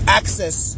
access